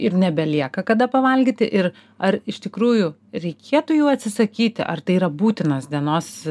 ir nebelieka kada pavalgyti ir ar iš tikrųjų reikėtų jų atsisakyti ar tai yra būtinas dienos